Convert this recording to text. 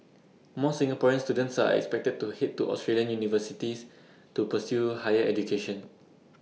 more Singaporean students are expected to Head to Australian universities to pursue higher education